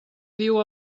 diu